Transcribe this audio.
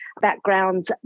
backgrounds